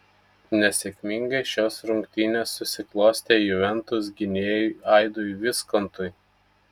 nesėkmingai šios rungtynės susiklostė juventus gynėjui aidui viskontui